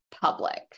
public